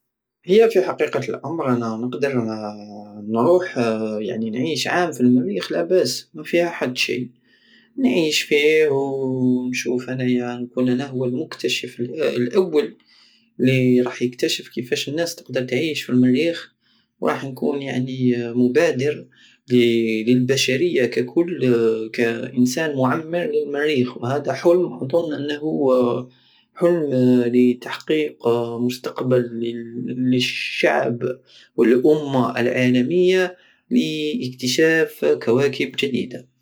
هي في حقيقة الامر انا نقدر نروح نعيش عام في المريخ لاباس مافيها حد شي نعيش فيه ونشوف انايا ونكون انا هو المكتشف الاول الي رح يكتشف كيفاش الناس تقدر تعيش في المريخ ورح نكون يعني مبادر ل- للبشرية ككل كانسان معمر للمريخ وهدا حلم اضن انه حلم لتحقيق مستقبل للشعب والامة العالمية لاكتشاف كواكب جديدة